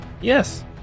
Yes